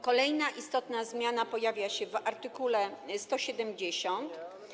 Kolejna istotna zmiana pojawia się w art. 170.